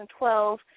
2012